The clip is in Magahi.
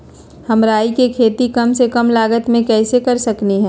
हम राई के खेती कम से कम लागत में कैसे कर सकली ह?